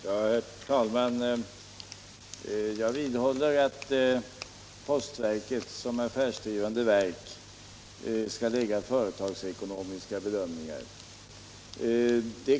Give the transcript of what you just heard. Herr talman! Jag vidhåller att postverket såsom affärsdrivande verk skall göra företagsekonomiska bedömningar.